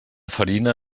farina